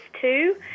two